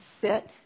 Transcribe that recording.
sit